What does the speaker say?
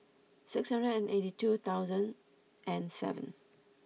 six hundred and eighty two thousand and seven